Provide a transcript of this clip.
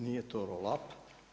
Nije to roll up.